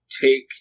take